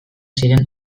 ziren